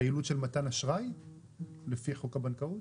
פעילות של מתן אשראי לפי חוק הבנקאות?